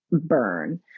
burn